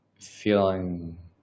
Feeling